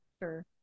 Sure